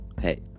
Hey